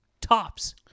Tops